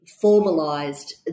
formalized